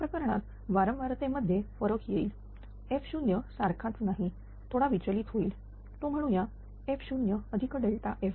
या प्रकरणात वारंवारतेचे मध्ये फरक येईल f0 सारखाच नाहीथोडा विचलित होईल तो म्हणूया f0f